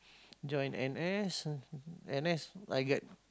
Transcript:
join n_s n_s I get